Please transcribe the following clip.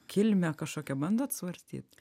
kilmę kažkokią bandot svarstyt